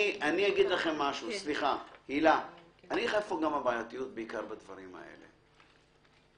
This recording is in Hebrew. אני אגיד לך איפה הבעייתיות בדברים האלה.